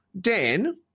Dan